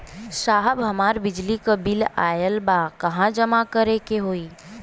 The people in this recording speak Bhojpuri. साहब हमार बिजली क बिल ऑयल बा कहाँ जमा करेके होइ?